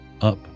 up